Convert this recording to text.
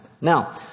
Now